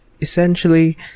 essentially